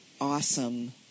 awesome